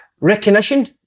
Recognition